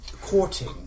courting